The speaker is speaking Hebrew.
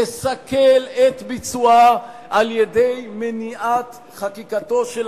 לסכל את ביצועה על-ידי מניעת חקיקתו של